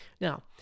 Now